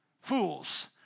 fools